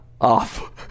off